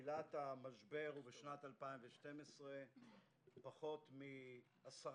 תחילת המשבר הוא בשנת 2012. פחות מ-10%